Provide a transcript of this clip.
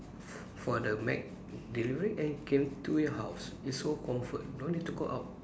for the McDelivery and can to your house it's so comfort don't need to go out